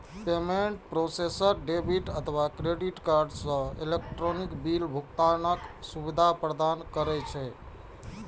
payment processor debit अथवा credit card सं electronic bill भुगतानक सुविधा प्रदान करै छै